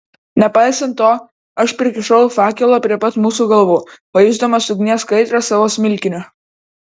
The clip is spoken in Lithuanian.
nepaisant to aš prikišau fakelą prie pat mūsų galvų pajusdamas ugnies kaitrą savo smilkiniu